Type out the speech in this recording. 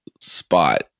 spot